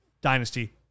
Dynasty